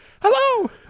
Hello